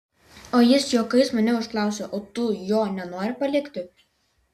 o jis juokais manęs užklausė o tu jo nenori palikti